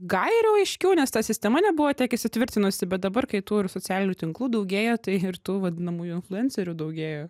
gairių aiškių nes ta sistema nebuvo tiek įsitvirtinusi bet dabar kai tų ir socialinių tinklų daugėja tai ir tų vadinamųjų influencerių daugėja